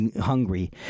hungry